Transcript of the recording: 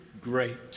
great